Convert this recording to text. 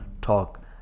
talk